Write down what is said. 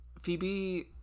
Phoebe